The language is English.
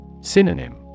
Synonym